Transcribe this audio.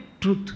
truth